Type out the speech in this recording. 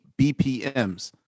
bpms